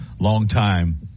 long-time